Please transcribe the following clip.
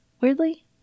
weirdly